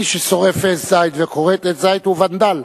מי ששורף עץ זית וכורת עץ זית הוא ונדל.